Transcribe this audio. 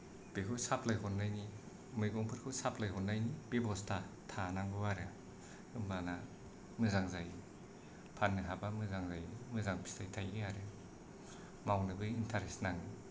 बेखौ साप्लाय हरनायनि मैगंफोरखौ साप्लाय हरनायनि बेब'स्था थानांगौ आरो होम्बाना मोजां जायो फाननो हाबा मोजां जायो मोजां फिथाय थायो आरो मावनोबो इन्टारेस नाङो